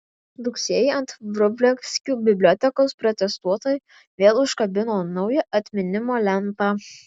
rugsėjį ant vrublevskių bibliotekos protestuotojai vėl užkabino naują atminimo lentą